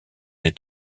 des